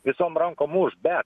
visom rankom už bet